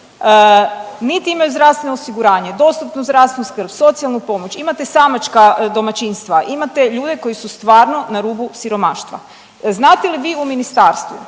niti imaju zdravstveno osiguranje, dostupnu zdravstvenu skrb, socijalnu pomoć, imate samačka domaćinstva, imate ljude koji su stvarno na rubu siromaštva. Znate li vi u ministarstvu